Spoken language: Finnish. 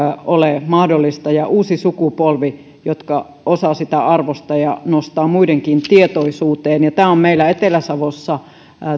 ole mahdollinen ja uusi sukupolvi osaa sitä arvostaa ja nostaa muidenkin tietoisuuteen tämä on meillä etelä savossa